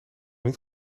niet